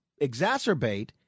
exacerbate